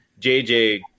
JJ